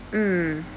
mm